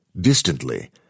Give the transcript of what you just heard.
Distantly